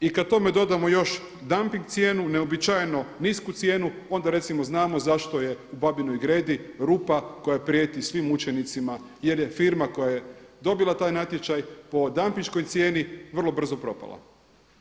I kad tome dodamo još dumping cijenu, neuobičajeno nisku cijenu onda recimo znamo zašto je u Babinoj Gredi rupa koja prijeti svim mučenicima jer je firma koja je dobila taj natječaj po dampinškoj cijeni vrlo brzo propala.